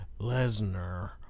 Lesnar